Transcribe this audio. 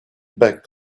back